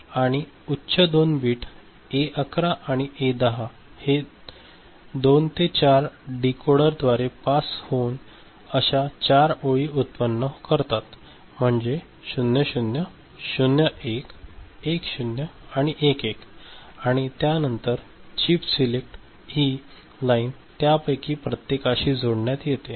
आणि उच्च 2 bit A 11 आणि ए 10 हे 2 ते 4 डीकोडरद्वारे पास होऊन अशा 4 ओळी व्युत्पन्न करतात म्हणजे 00 01 10 आणि 11 आणि त्यानंतर चिप सीलेक्ट हि लाईन त्यापैकी प्रत्येकाशी जोडण्यात येते